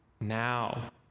now